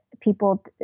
people